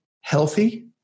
healthy